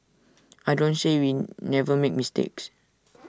I don't say we never make mistakes